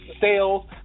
sales